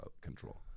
control